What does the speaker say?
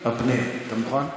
הפנים, נכון?